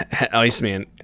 Iceman